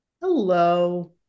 Hello